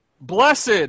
Blessed